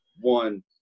one